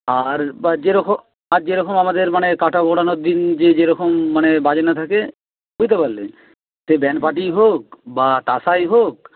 আর বা যেরকম আর যেরকম আমাদের মানে কাঁটা ঘোরানোর দিন যে যেরকম মানে বাজনা থাকে বুঝতে পারলে সে ব্যান্ড পার্টিই হোক বা তাসাই হোক